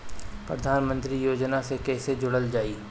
प्रधानमंत्री योजना से कैसे जुड़ल जाइ?